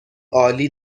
عالی